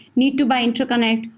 need to buy-in to connect,